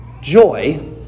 joy